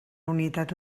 unitat